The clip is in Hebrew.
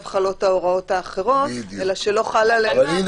חלות ההוראות האחרות אלא שלא חלה עליהן --- בדיוק.